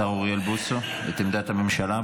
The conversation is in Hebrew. השר אוריאל בוסו, את עמדת הממשלה.